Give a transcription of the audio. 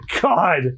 god